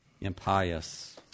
impious